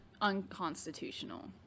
unconstitutional